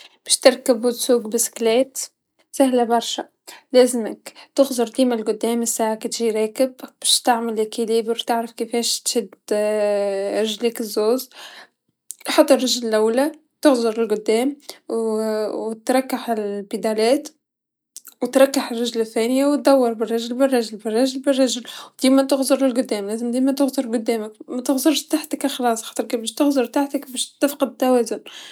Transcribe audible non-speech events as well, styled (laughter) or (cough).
باش تركب و تسوق بيسكلات سهله برشا، لزملك تخزر ديما القدام ساعه كتجي راكب باش تعمل توازن تعرف كيفاش تشد (hesitation) رجليك الزوز، حط رجل لولا تخزر القدام (hesitation) و تركع لبيدالات و تركح رجل ثانيا و دور رجل برجل برجل برجل و ديما تخزر القدام ديما تخزر قدامك متخزرش تحتك أخلاص خطر كيباش تهزر تحتك باش تفقد التوازن.